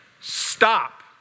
Stop